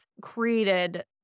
Created